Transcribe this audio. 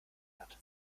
hat